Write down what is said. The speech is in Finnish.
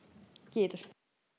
kiitos